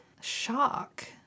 Shock